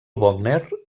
wagner